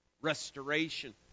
restoration